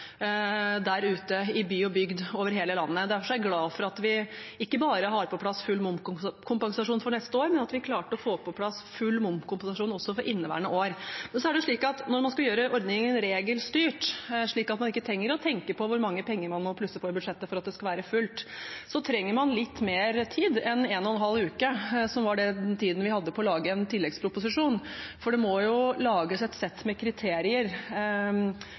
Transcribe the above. der ute i by og bygd over hele landet. Derfor er jeg glad for at vi ikke bare har fått på plass full momskompensasjon for neste år, men at vi klarte å få på plass full momskompensasjon også for inneværende år. Så er det slik at når man skal gjøre ordningen regelstyrt, slik at man ikke trenger å tenke på hvor mange penger man må plusse på i budsjettet for at det skal være fullt, trenger man litt mer tid enn en og en halv uke, som var den tiden vi hadde på å lage en tilleggsproposisjon. Det må jo lages et sett med kriterier